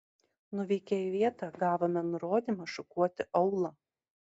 nuvykę į vietą gavome nurodymą šukuoti aūlą